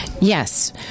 Yes